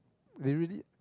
they really